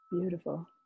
Beautiful